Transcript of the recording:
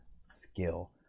skill